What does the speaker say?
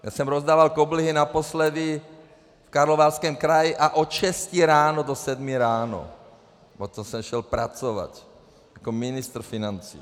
Já jsem rozdával koblihy naposledy v Karlovarském kraji a od šesti ráno do sedmi ráno, potom jsem šel pracovat jako ministr financí.